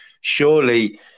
surely